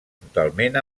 totalment